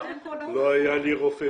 לא היה לי רופא משפחה.